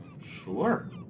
sure